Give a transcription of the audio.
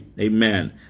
amen